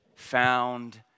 found